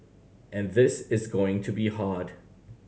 and this is going to be hard